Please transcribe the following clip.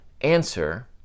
answer